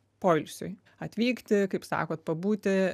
poilsiui atvykti kaip sakot pabūti